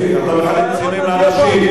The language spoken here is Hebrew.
אתה מחלק ציונים לאנשים.